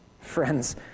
Friends